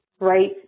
right